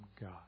God